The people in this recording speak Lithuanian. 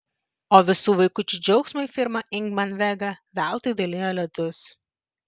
o visų vaikučių džiaugsmui firma ingman vega veltui dalijo ledus